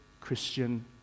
Christian